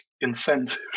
incentive